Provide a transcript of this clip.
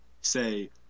say